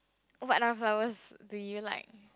whatever flowers do you like